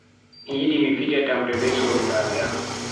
Mi yidi mi fija tamre be sobiraabe am.